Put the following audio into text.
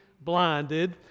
blinded